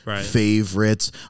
favorites